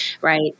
Right